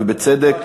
ובצדק.